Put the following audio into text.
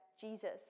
Jesus